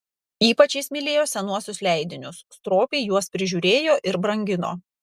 ypač jis mylėjo senuosius leidinius stropiai juos prižiūrėjo ir brangino